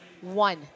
one